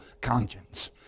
conscience